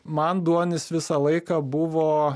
man duonis visą laiką buvo